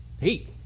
Hey